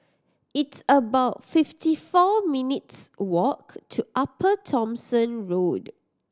it's about fifty four minutes' walk to Upper Thomson Road